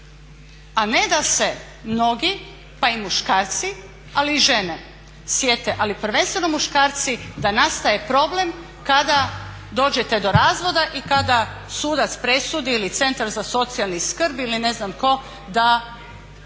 A ne da se mnogi, pa i muškarci, ali i žene, sjete, ali prvenstveno muškarci da nastaje problem kada dođete do razvoda i kada sudac presudi ili centar za socijalnu skrb ili ne znam tko da